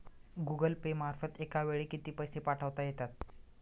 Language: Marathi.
गूगल पे मार्फत एका वेळी किती पैसे पाठवता येतात?